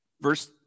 Verse